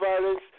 violence